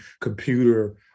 computer